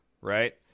right